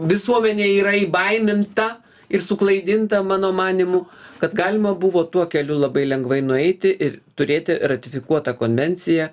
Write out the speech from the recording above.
visuomenė yra įsibaiminta ir suklaidinta mano manymu kad galima buvo tuo keliu labai lengvai nueiti ir turėti ratifikuotą konvenciją